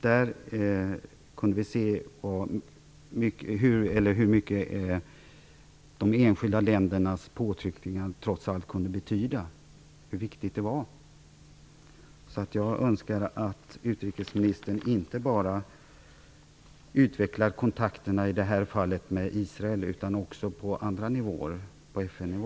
Där kunde vi se hur mycket enskilda länders påtryckningar trots allt kunde betyda. Detta var alltså viktigt. Jag önskar således att utrikesministern i det här fallet inte bara utvecklar kontakterna med Israel utan att det sker också på FN-nivå.